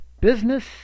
business